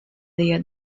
their